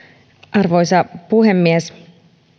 arvoisa puhemies